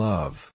Love